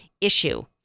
issue